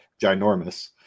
ginormous